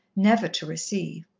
never to receive.